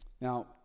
Now